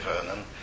Vernon